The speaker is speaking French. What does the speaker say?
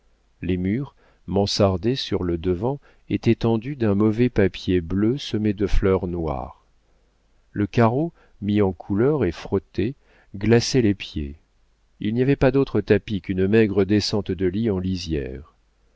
les murs mansardés sur le devant étaient tendus d'un mauvais papier bleu semé de fleurs noires le carreau mis en couleur et frotté glaçait les pieds il n'y avait pas d'autre tapis qu'une maigre descente de lit en lisières